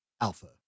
alpha